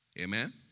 Amen